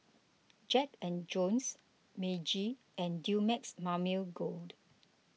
Jack and Jones Meiji and Dumex Mamil Gold